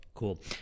Cool